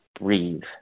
breathe